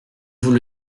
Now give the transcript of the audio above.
vous